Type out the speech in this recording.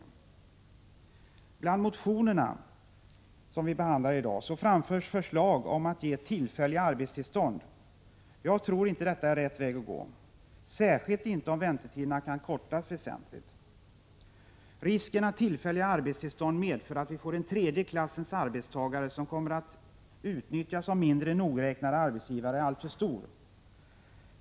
I några motioner framförs förslag om att ge tillfälliga arbetstillstånd. Jag tror inte att detta är rätt väg att gå, särskilt inte om väntetiderna kan kortas väsentligt. Risken är stor att vi med sådana tillfälliga arbetstillstånd får en tredje klassens arbetstagare som kommer att utnyttjas av mindre nogräknade arbetsgivare.